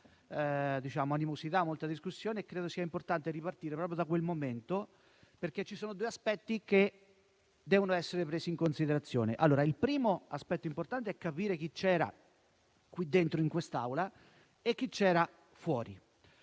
molta animosità, furono molte le discussioni e credo sia importante ripartire proprio da quel momento. Vi sono infatti due aspetti che devono essere presi in considerazione. Il primo aspetto importante è capire chi era in quest'Aula e chi era fuori.